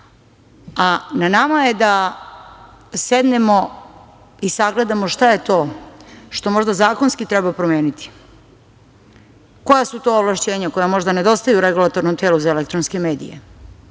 nama je da sednemo i sagledamo šta je to što možda zakonski treba promeniti, koja su to ovlašćenja koja možda nedostaju Regulatornom telu za elektronske medije,